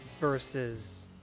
versus